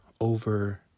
over